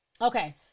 Okay